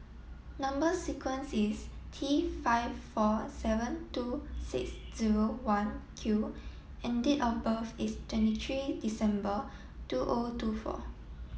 number sequence is T five four seven two six zero one Q and date of birth is twenty three December two O two four